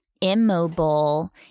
immobile